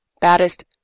baddest